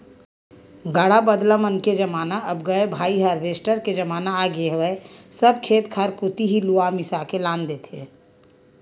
गाड़ा बदला मन के जमाना अब गय भाई हारवेस्टर के जमाना आगे हवय सब खेत खार कोती ही लुवा मिसा के लान देथे